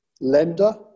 lender